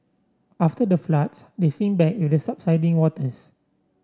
after the floods they sink back with the subsiding waters